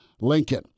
Lincoln